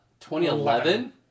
2011